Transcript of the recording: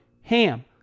HAM